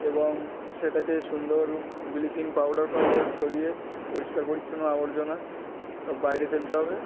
এবং সেটাকে সুন্দর ব্লিচিং পাউডার পাউডার ছড়িয়ে পরিষ্কার পরিচ্ছন্ন আবর্জনা সব বাইরে ফেলতে হবে